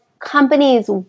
companies